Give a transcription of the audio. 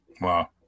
wow